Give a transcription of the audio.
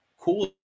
cool